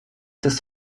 des